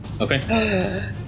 Okay